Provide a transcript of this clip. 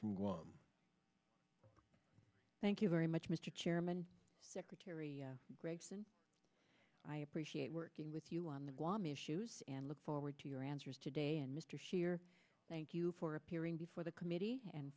from guam thank you very much mr chairman secretary gregson i appreciate working with you on the guam issues and look forward to your answers today and mr shear thank you for appearing before the committee and